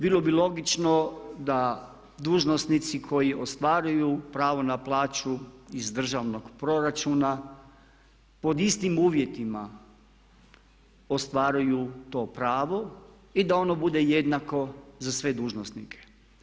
Bilo bi logično da dužnosnici koji ostvaruju pravo na plaću iz državnog proračuna pod istim uvjetima ostvaruju to pravo i da ono bude jednako za sve dužnosnike.